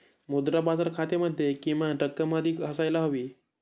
मुद्रा बाजार खात्यामध्ये किमान रक्कम अधिक असायला हवी